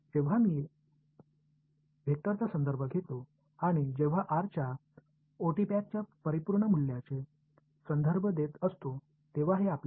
எனவே நான் வெக்டர் குறிக்கும் போது மற்றும் r மதிப்பின் முழுமையான மதிப்பை நான் குறிப்பிடும்போது சூழலில் உங்களுக்கு தெளிவாகிவிடும்